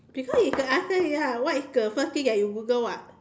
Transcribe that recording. because you can answer ya what is the first thing that you Google [what]